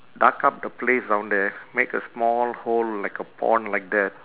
dug up the place down there make a small hole like a pond like that